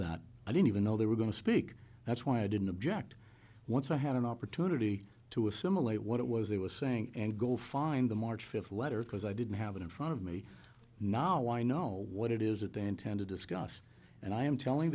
that i didn't even know they were going to speak that's why i didn't object once i had an opportunity to assimilate what it was they were saying and go find the march fifth letter because i didn't have it in front of me nawa i know what it is that they intend to discuss and i am telling